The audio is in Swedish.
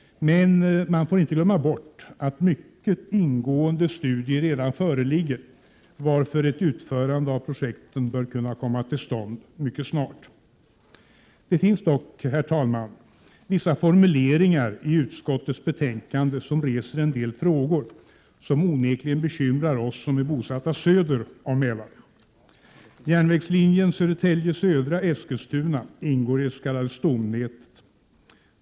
Man får emellertid inte glömma bort att mycket ingående studier redan föreligger, varför ett utförande av projekten bör komma till stånd mycket snart. Det finns dock, herr talman, vissa formuleringar i utskottets betänkande vilka reser en del frågor som onekligen bekymrar oss som är bosatta söder om Mälaren. Järnvägslinjen Södertälje Södra-Eskilstuna ingår i det s.k. stomnätet.